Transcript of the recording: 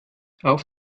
auf